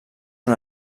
una